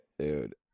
Dude